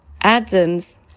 Adam's